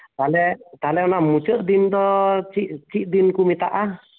ᱛᱟᱦᱚᱞᱮ ᱛᱟᱦᱚᱞᱮ ᱚᱱᱟ ᱢᱩᱪᱟᱹᱫ ᱫᱤᱱ ᱫᱚ ᱪᱮᱫ ᱪᱮᱫ ᱫᱤᱱᱠᱚ ᱢᱮᱛᱟᱜᱼᱟ